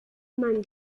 man